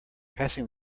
passing